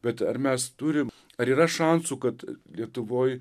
bet ar mes turim ar yra šansų kad lietuvoj